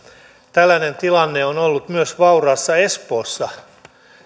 tällainen tilanne on ollut myös vauraassa espoossa